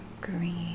green